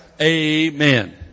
Amen